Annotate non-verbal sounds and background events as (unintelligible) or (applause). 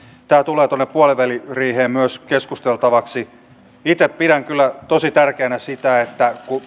tämä tulee myös tuonne puoliväliriiheen keskusteltavaksi itse pidän kyllä tosi tärkeänä kun (unintelligible)